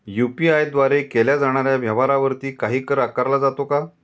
UPI द्वारे केल्या जाणाऱ्या व्यवहारावरती काही कर आकारला जातो का?